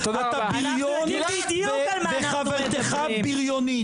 אתה בריון וחברתך בריונית.